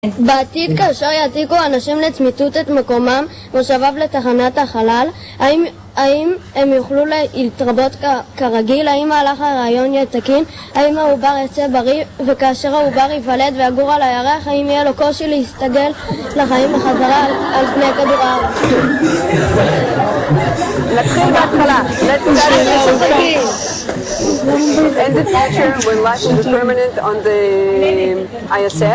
בעתיד כאשר יעתיקו אנשים לצמיתות את מקומם ומושביו לתחנת החלל האם הם יוכלו להתרבות כרגיל? האם מהלך הרעיון יתקין? האם העובר יצא בריא וכאשר העובר ויוולד ויגור על הירח האם יהיה לו קושי להסתגל לחיים החזרה על פני כדור הארץ?